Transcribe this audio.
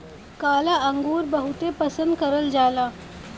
काला अंगुर बहुते पसन्द करल जाला